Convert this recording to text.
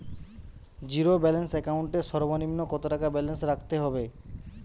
Zero balance account এর সর্বনিম্ন কত টাকা ব্যালেন্স রাখতে হবে?